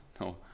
no